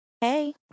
Hey